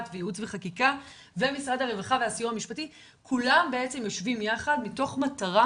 וייעוץ וחקיקה ומשרד הרווחה והסיוע המשפטי כולם יושבים יחד מתוך מטרה